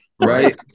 Right